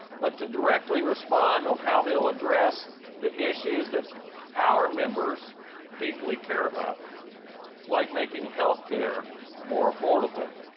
but to directly respond on how they'll address the issues that our members deeply care about like making health care more affordable,